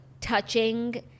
touching